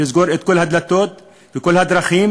לסגור את כל הדלתות וכל הדרכים,